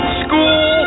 school